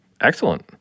Excellent